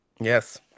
Yes